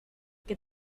que